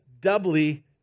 doubly